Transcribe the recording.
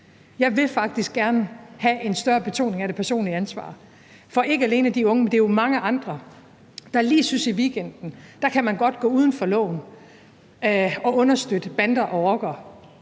Jeg vil faktisk gerne have en større betoning af det personlige ansvar. For det er ikke alene de unge, men det er jo mange andre, der synes, at lige i weekenden kan man godt gå uden for loven og understøtte bander og rockere.